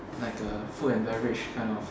like a food and beverage kind of